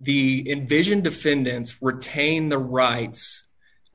the invision defendants retain the rights